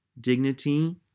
dignity